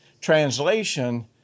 translation